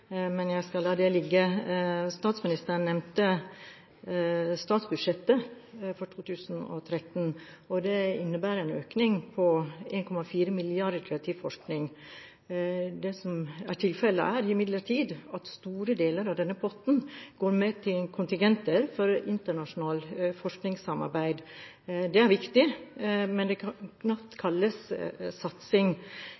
skal la det ligge. Statsministeren nevnte statsbudsjettet for 2013, og det innebærer en økning på 1,4 mrd. kr til forskning. Det som er tilfellet, er imidlertid at store deler av denne potten går med til kontingenter for internasjonalt forskningssamarbeid. Det er viktig, men det kan knapt